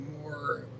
more